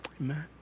Amen